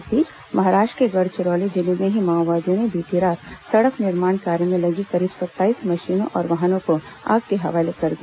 इस बीच महाराष्ट्र के गढ़चिरौली जिले में ही माओवादियों ने बीती रात सड़क निर्माण कार्य में लगी करीब सत्ताईस मशीनों और वाहनों को आग के हवाले कर दिया